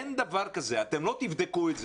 אין דבר כזה, אתם לא "תבדקו את זה".